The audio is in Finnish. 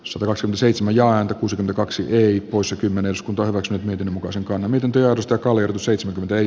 sorsa seitsemän ja airbus a kaksi yli vuosikymmenen uskonto ovat miten muka osakkaana miten teosta kallio seitsemän tai